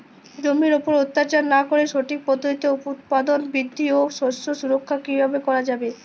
জমির উপর অত্যাচার না করে সঠিক পদ্ধতিতে উৎপাদন বৃদ্ধি ও শস্য সুরক্ষা কীভাবে করা যাবে?